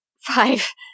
Five